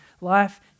life